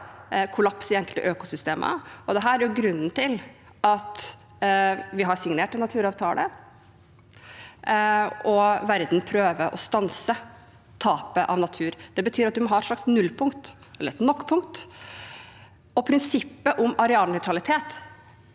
kollaps i enkelte økosystemer, og dette er grunnen til at vi har signert en naturavtale, og at verden prøver å stanse tapet av natur. Det betyr at man må ha et slags nullpunkt – et «nok-punkt». Prinsippet om arealnøytralitet